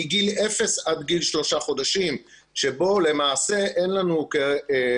מגיל 0 עד גיל 3 חודשים שבו למעשה אין לנו כווטרינרים